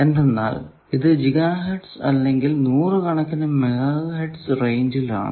എന്തെന്നാൽ ഇത് gigahertz അല്ലെങ്കിൽ നൂറു കണക്കിന് മെഗാ ഹേർട്സ് റേഞ്ചിൽ ആണ്